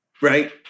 Right